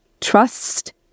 trust